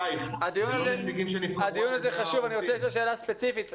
הדיון הזה חשוב, אני רוצה לשאול שאלה ספציפית.